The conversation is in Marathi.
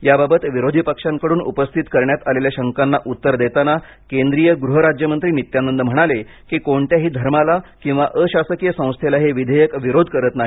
याबाबत विरोधी पक्षांकडून उपस्थित करण्यात आलेल्या शंकांना उत्तर देताना केंद्रीय गृह राज्यमंत्री नित्यानंद म्हणाले की कोणत्याही धर्माला किंवा अशासकीय संस्थेला हे विधेयक विरोध करत नाही